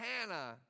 Hannah